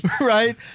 Right